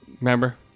Remember